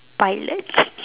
pilot